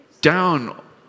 down